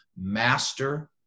Master